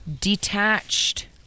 detached